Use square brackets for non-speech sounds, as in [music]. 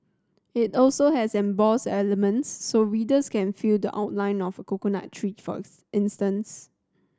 it also has embossed elements so readers can feel the outline of coconut tree for [unintelligible] instance